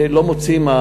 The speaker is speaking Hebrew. לא מוצאים,